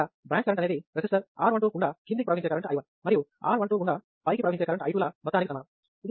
ఇక్కడ branch current అనేది resistor R12 గుండా కిందికి ప్రవహించే కరెంటు i1 మరియు R12 గుండా పైకి ప్రవహించే కరెంటు i2 ల మొత్తానికి సమానం